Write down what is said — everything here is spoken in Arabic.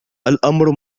الأمر